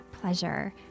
pleasure